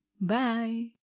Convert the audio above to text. Bye